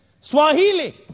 Swahili